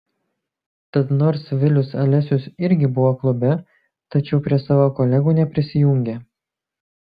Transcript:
tad nors vilius alesius irgi buvo klube tačiau prie savo kolegų neprisijungė